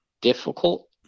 difficult